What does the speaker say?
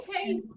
Okay